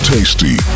Tasty